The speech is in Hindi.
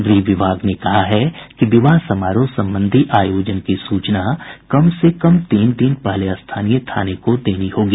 गृह विभाग ने कहा है कि विवाह समारोह संबंधी आयोजन की सूचना कम से कम तीन दिन पहले स्थानीय थाने को देनी होगी